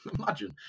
Imagine